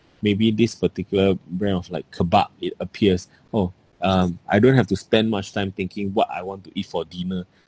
maybe this particular brand of like kebab it appears oh um I don't have to spend much time thinking what I want to eat for dinner